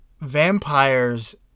vampires